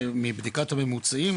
שמבדיקת הממוצעים